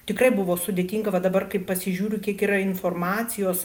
tikrai buvo sudėtinga va dabar kai pasižiūriu kiek yra informacijos